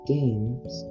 games